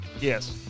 Yes